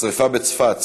השרפה בצפת,